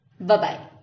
Bye-bye